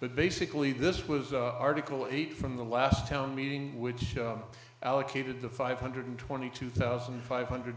but basically this was article eight from the last town meeting which allocated the five hundred twenty two thousand five hundred